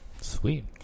Sweet